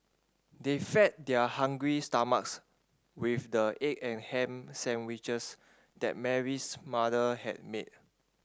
they fed their hungry stomachs with the egg and ham sandwiches that Mary's mother had made